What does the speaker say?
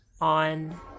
on